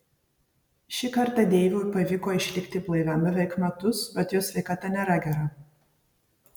šį kartą deivui pavyko išlikti blaiviam beveik metus bet jo sveikata nėra gera